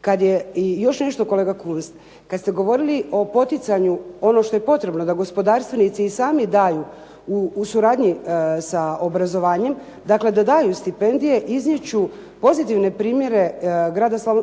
Kad je i još nešto kolega Kunst. Kad ste govorili o poticanju, ono što je potrebno da gospodarstvenici i sami daju u suradnji sa obrazovanjem, dakle da daju stipendije iznijet ću pozitivne primjere